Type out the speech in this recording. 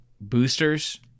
boosters